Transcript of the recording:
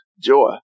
joy